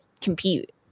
compete